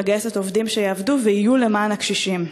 שמגייסת עובדים שיעבדו ויהיו למען הקשישים.